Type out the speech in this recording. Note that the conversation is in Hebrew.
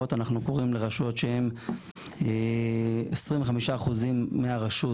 מעורבות אנחנו קוראים לרשויות שהן 25% מהרשות